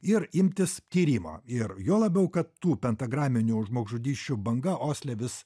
ir imtis tyrimo ir juo labiau kad tų pentagraminių žmogžudysčių banga osle vis